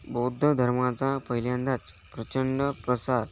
बौद्ध धर्माचा पहिल्यांदाच प्रचंड प्रसार